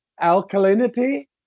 alkalinity